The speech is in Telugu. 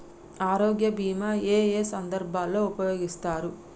ఆరోగ్య బీమా ఏ ఏ సందర్భంలో ఉపయోగిస్తారు?